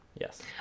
yes